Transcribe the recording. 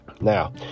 Now